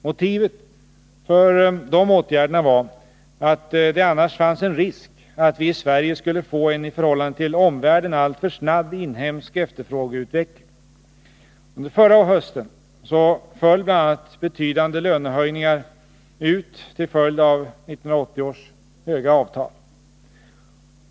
Motivet för de åtgärderna var att det annars fanns en risk att vi i Sverige skulle få en i förhållande till omvärlden alltför snabb inhemsk efterfrågeutveckling. Under förra hösten föll bl.a. betydande lönehöjningar ut till följd av 1980 års höga avtal.